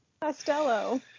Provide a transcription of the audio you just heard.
Costello